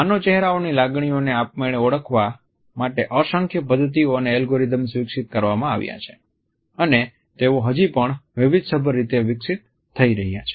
માનવ ચહેરાઓની લાગણીઓને આપમેળે ઓળખવા માટે અસંખ્ય પદ્ધતિઓ અને એલ્ગોરિધમ્સ વિકસિત કરવામાં આવ્યા છે અને તેઓ હજી પણ વૈવિધ્યસભર રીતે વિકસિત થઈ રહ્યા છે